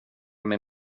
med